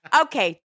Okay